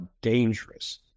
dangerous